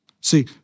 See